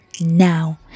now